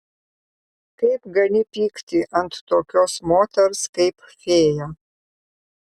kaip gali pykti ant tokios moters kaip fėja